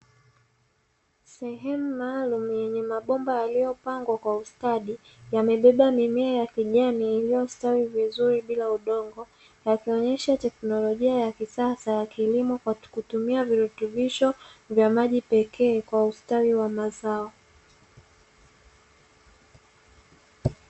Sehemu maalumu yenye mabomba yaliyopangwa kwa ustadi, yamebeba mimea ya kijani iliyostawi vizuri bila udongo na kuonyesha teknolojia ya kisasa ya kilimo kwa kutumia virutubisho vya maji pekee kwa ustawi wa mazao.